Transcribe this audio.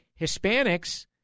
Hispanics